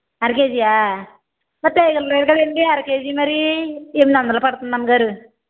అర కేజీయా మరి టైగర్ రొయ్యలు కదండి అర కేజీ మరి ఎనిమిది వందలు పడుతుంది అమ్మగారు